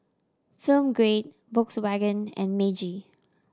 Film Grade Volkswagen and Meiji